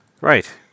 Right